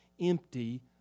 empty